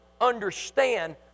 understand